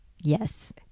Yes